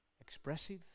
expressive